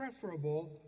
preferable